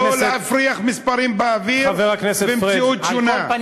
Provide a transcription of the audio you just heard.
לא להפריח מספרים באוויר במציאות שונה.